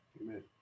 Amen